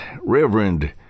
Reverend